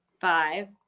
five